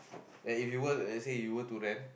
that if you work let's say you go to rent